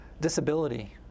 disability